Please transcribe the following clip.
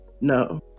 no